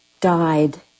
died